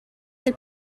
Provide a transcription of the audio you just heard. del